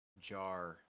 jar